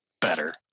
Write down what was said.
better